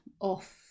off